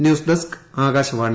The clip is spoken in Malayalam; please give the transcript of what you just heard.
news desk Akashvani